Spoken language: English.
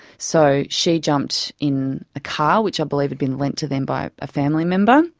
so she jumped in a car, which i believe had been lent to them by a family member,